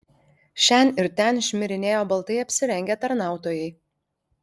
šen ir ten šmirinėjo baltai apsirengę tarnautojai